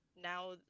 now